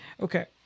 okay